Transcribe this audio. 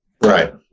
Right